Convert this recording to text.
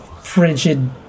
frigid